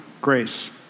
grace